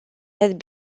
had